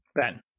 Ben